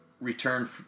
return